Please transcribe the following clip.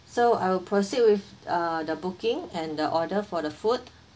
so I will proceed with uh the booking and the order for the food